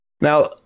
Now-